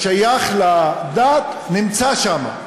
השייך לדת, נמצא שם,